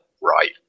right